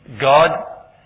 God